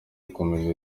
komeza